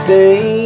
Stay